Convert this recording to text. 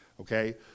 Okay